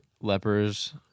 lepers